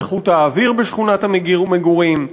איכות האוויר בשכונת מגורים,